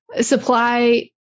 supply